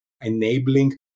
enabling